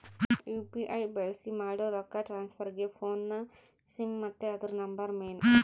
UPI ಬಳ್ಸಿ ಮಾಡೋ ರೊಕ್ಕ ಟ್ರಾನ್ಸ್ಫರ್ಗೆ ಫೋನ್ನ ಸಿಮ್ ಮತ್ತೆ ಅದುರ ನಂಬರ್ ಮೇನ್